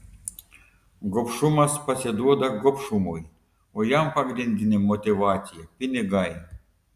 gobšumas pasiduoda gobšumui o jam pagrindinė motyvacija pinigai